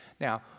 Now